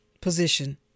position